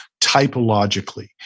typologically